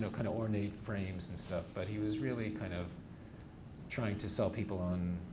so kind of ornate frames and stuff, but he was really kind of trying to sell people on,